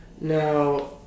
Now